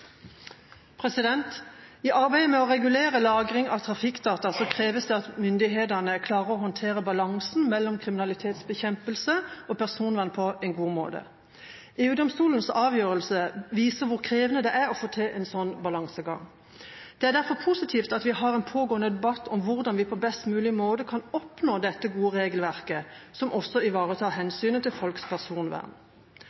I arbeidet med å regulere lagring av trafikkdata, kreves det at myndighetene klarer å håndtere balansen mellom kriminalitetsbekjempelse og personvern på en god måte. EU-domstolens avgjørelse viser hvor krevende det er å få til en slik balansegang. Det er derfor positivt at vi har en pågående debatt om hvordan vi på best mulig måte kan oppnå dette gode regelverket, som også ivaretar